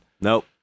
Nope